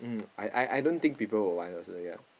mm I I don't think people would want also yea